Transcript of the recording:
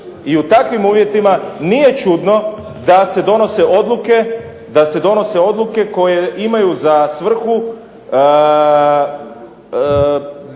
I u takvim uvjetima nije čudno da se donose odluke koje imaju za svrhu